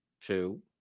two